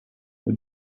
this